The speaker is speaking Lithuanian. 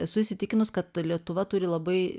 esu įsitikinus kad lietuva turi labai